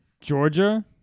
Georgia